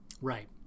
Right